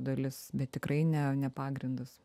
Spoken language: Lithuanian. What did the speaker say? dalis bet tikrai ne ne pagrindas